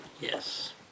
Yes